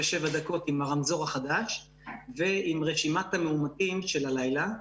בשבע דקות עם הרמזור החדש ועם רשימת המאומתים של הלילה.